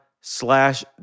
slash